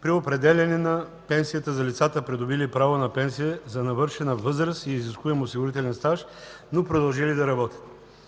при определяне на пенсията за лицата, придобили право на пенсия за навършена възраст и изискуем осигурителен стаж, но продължили да работят.